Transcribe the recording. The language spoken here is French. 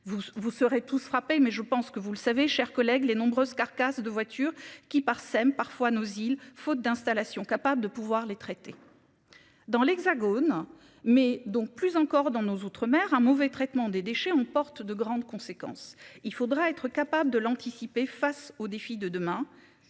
vous serez tous frappés mais je pense que vous le savez, chers collègues, les nombreuses carcasses de voitures qui parsèment parfois nos il faute d'installations capable de pouvoir les traiter. Dans l'Hexagone mais donc plus encore dans nos outre-, un mauvais traitement des déchets, on porte de grandes conséquences. Il faudra être capable de l'anticiper, face aux défis de demain.